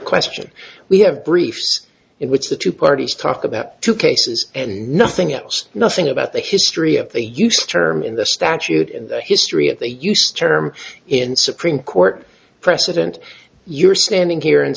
question we have briefs in which the two parties talk about two cases and nothing else nothing about the history of they use the term in the statute in the history of they use the term in supreme court precedent you're standing here and